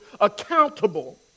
accountable